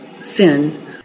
sin